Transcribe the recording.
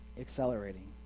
accelerating